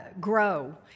grow